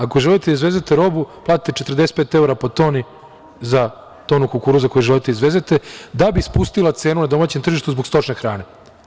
Ako želite da izvezete robu, platite 45 evra po toni za tonu kukuruza koji želite da izvezete, da bi spustila cenu na domaćem tržištu zbog stočne hrane.